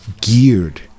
geared